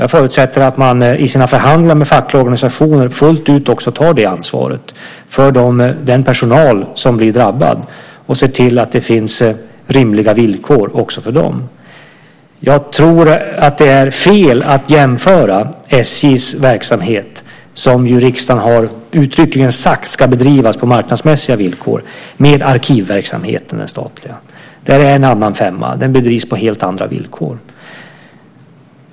Jag förutsätter att man i sina förhandlingar med fackliga organisationer fullt ut också tar detta ansvar för den personal som blir drabbad och ser till att det finns rimliga villkor också för den. Jag tror att det är fel att jämföra SJ:s verksamhet, som riksdagen uttryckligen har sagt ska bedrivas på marknadsmässiga villkor, med den statliga arkivverksamheten. Det är en annan femma. Den bedrivs på helt andra villkor.